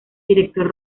director